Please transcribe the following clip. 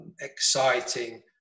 exciting